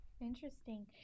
Interesting